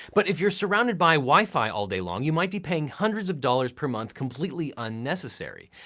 but if you're surrounded by wifi all day long, you might be paying hundreds of dollars per month completely unnecessary.